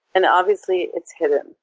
and obviously, it's hidden.